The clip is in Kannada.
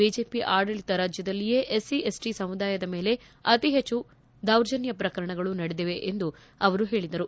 ಬಿಜೆಪಿ ಆಡಳಿತ ರಾಜ್ಯಗಳಲ್ಲಿಯೇ ಎಸ್ಸಿಎಸ್ಸಿ ಸಮುದಾಯದ ಮೇಲೆ ಅತಿ ಹೆಚ್ಚು ದೌರ್ಜನ್ನ ಪ್ರಕರಣಗಳು ನಡೆದಿವೆ ಎಂದು ಅವರು ಹೇಳದರು